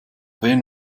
wen